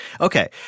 Okay